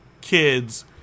kids